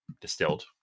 distilled